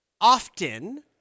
often